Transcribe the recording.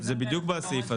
זה בדיוק בסעיף הזה.